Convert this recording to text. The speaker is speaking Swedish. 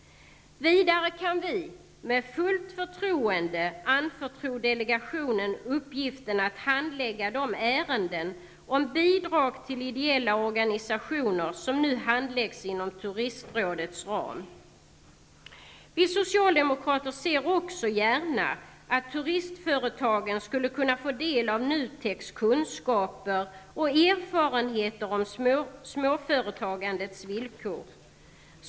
Vidare kan vi, med fullt förtroende, till delegationen överlämna uppgiften att handlägga de ärenden om bidrag till ideella organisationer som nu handläggs inom Turistrådets ram. Vi socialdemokrater ser också gärna att turistföretagen skulle kunna få del av NUTEK:s kunskaper och erfarenheter om småföretagandets villkor.